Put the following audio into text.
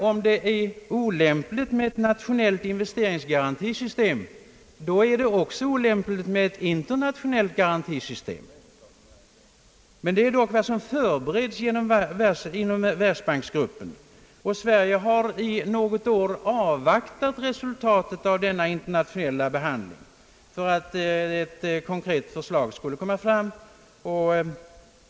Om det är olämpligt med ett nationellt garantisystem, då är det också olämpligt med ett internationellt garantisystem. Men ett sådant är vad som förberedes inom =:Världsbanks-gruppen. Sverige har i något år avvaktat resultatet av den internationella behandlingen av denna fråga, väntat att ett konkret förslag skulle ta form.